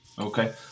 okay